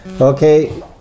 Okay